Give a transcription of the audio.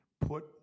put